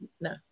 No